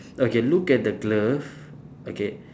okay look at the glove okay